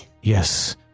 Yes